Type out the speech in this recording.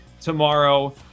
tomorrow